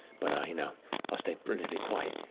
but i you know ah stay perfectly quiet.